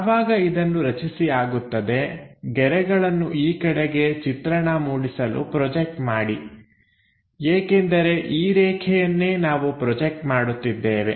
ಯಾವಾಗ ಇದನ್ನು ರಚಿಸಿ ಆಗುತ್ತದೆ ಗೆರೆಗಳನ್ನು ಈ ಕಡೆಗೆ ಚಿತ್ರಣ ಮೂಡಿಸಲು ಪ್ರೊಜೆಕ್ಟ್ ಮಾಡಿ ಏಕೆಂದರೆ ಈ ರೇಖೆಯನ್ನೇ ನಾವು ಪ್ರೊಜೆಕ್ಟ್ ಮಾಡುತ್ತಿದ್ದೇವೆ